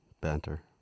Banter